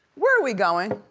where are we going?